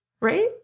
Right